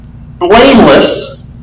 blameless